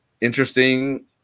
interesting